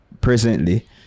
presently